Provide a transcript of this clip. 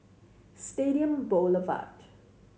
Stadium Boulevard